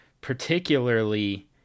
particularly